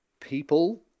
People